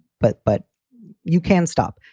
but but you can stop.